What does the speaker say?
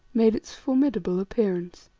made its formidable appearance.